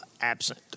absent